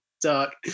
Dark